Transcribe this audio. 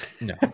No